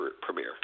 premiere